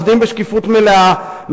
עובדים בשקיפות מלאה,